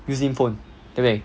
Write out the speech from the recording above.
using phone 对不对